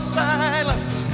silence